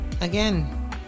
Again